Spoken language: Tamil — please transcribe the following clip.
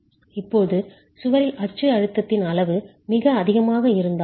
இப்போது சுவரில் அச்சு அழுத்தத்தின் அளவு மிக அதிகமாக இருந்தால் சரி